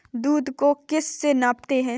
दूध को किस से मापते हैं?